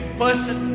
person